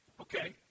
okay